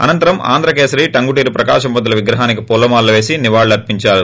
అనంతరం ఆంధ్రకేసరి టంగుటూరి ప్రకాశం పంతులు విగ్రహానికి పూలమాలలు పేసి నివాళుర్పించారు